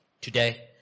Today